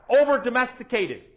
over-domesticated